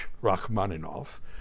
Rachmaninoff